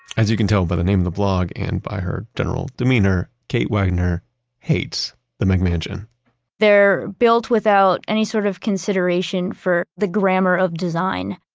as you can tell by the name of the blog and by her general demeanor, kate wagner hates the mcmansion they're built without any sort of consideration for the grammar of design